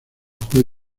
juez